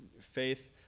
Faith